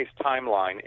timeline